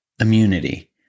immunity